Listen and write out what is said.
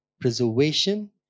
preservation